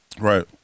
Right